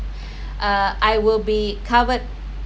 uh I will be covered